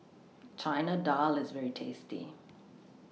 Chana Dal IS very tasty